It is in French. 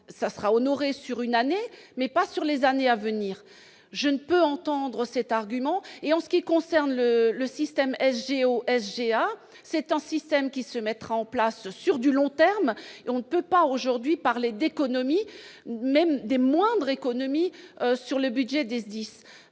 ça sera honoré sur une année, mais pas sur les années à venir, je ne peux entendre cet argument et en ce qui concerne le le système j'au SGA, c'est un système qui se mettra en place sur du long terme, on ne peut pas aujourd'hui parler d'économie même des moindres économies sur le budget dix-dix